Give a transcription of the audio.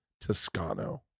toscano